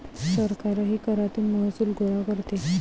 सरकारही करातून महसूल गोळा करते